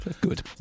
Good